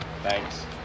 Thanks